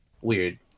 Weird